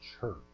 church